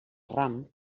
ram